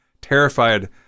Terrified